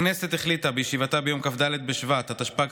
הכנסת החליטה בישיבתה ביום כ"ד בשבט התשפ"ג,